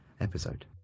episode